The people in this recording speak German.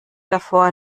davor